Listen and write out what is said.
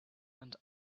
and